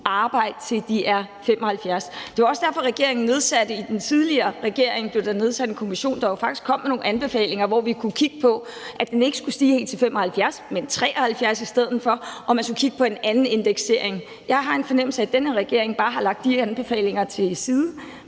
arbejde, til de er 75 år. Det var også derfor, der i den tidligere regering blev nedsat en kommission, der faktisk kom med nogle anbefalinger, i forhold til at vi kunne kigge på, at den ikke skulle stige helt til 75 år, men til 73 år i stedet for, og at man skulle kigge på en anden indeksering. Jeg har en fornemmelse af, at den her regering bare har skubbet de anbefalinger til side,